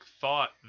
thought